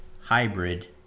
hybrid